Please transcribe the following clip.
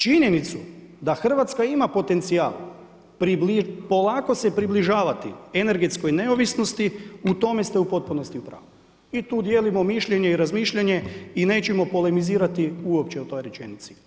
Činjenicu da Hrvatska ima potencijal polako se približavati energetskoj neovisnosti u tome ste u potpunosti u pravu i tu dijelimo mišljenje i razmišljanje i nećemo polemizirati uopće o toj rečenici.